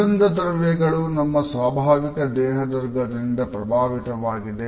ಸುಗಂಧ ದ್ರವ್ಯಗಳು ನಮ್ಮ ಸ್ವಾಭಾವಿಕ ದೇಹ ದುರ್ಗಂಧದಿಂದ ಪ್ರಭಾವಿತವಾಗಿದೆ